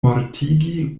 mortigi